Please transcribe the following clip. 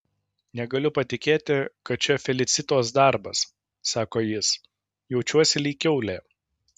negaliu patikėti kad čia felicitos darbas sako jis jaučiuosi lyg kiaulė